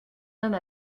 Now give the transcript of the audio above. homme